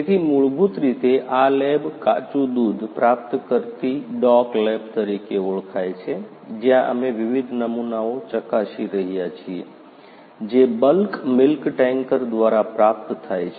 તેથી મૂળભૂત રીતે આ લેબ કાચું દૂધ પ્રાપ્ત કરતી ડોક લેબ તરીકે ઓળખાય છે જ્યાં અમે વિવિધ નમૂનાઓ ચકાસી રહ્યા છીએ જે બલ્ક મિલ્ક ટેન્કર દ્વારા પ્રાપ્ત થાય છે